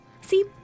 See